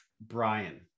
Brian